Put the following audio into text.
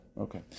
Okay